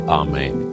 amen